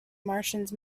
martians